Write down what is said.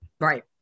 Right